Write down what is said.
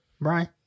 Brian